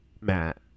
Matt